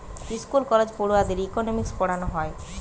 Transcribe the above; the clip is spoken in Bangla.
স্কুল কলেজে পড়ুয়াদের ইকোনোমিক্স পোড়ানা হয়